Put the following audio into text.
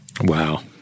Wow